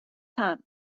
sun